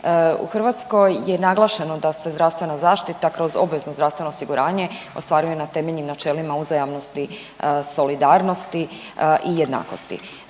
U Hrvatskoj je naglašeno da se zdravstvena zaštita kroz obvezno zdravstveno osiguranje ostvaruje na temeljnim načelima uzajamnosti, solidarnosti i jednakosti.